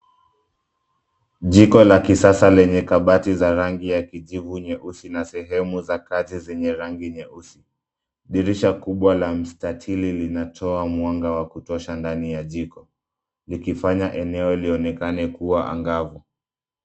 Jiko la kisasa lenye kabati za rangi ya kijivu nyeusi na sehemu za kazi zenye rangi nyeusi. Dirisha kubwa la mstatili linatoa mwanga wa kutosha ndani ya jiko, likifanya eneo lionekane kuwa angavu.